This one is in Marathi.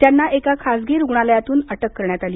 त्यांना एका खासगी रुग्णालयातून अटक करण्यात आली